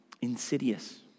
Insidious